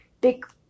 big